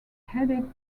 headed